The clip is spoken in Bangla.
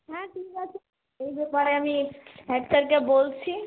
হ্যাঁ ঠিক আছে এই ব্যাপারে আমি হেড স্যারকে বলছি